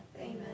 Amen